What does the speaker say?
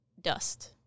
dust